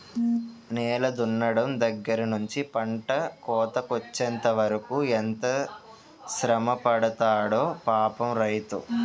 నేల దున్నడం దగ్గర నుంచి పంట కోతకొచ్చెంత వరకు ఎంత శ్రమపడతాడో పాపం రైతు